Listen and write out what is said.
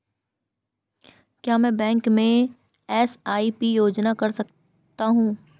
क्या मैं बैंक में एस.आई.पी योजना कर सकता हूँ?